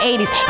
80s